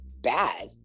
bad